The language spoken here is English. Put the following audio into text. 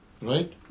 Right